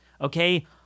Okay